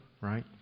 right